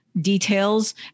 details